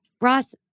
Ross